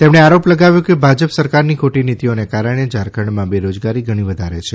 તેમણે આરોપ લગાવ્યો કે ભાજપ સરકારની ખોટી નીતિઓને કારણે ઝારખંડમાં બેરોજગારી ઘણી વધારે છે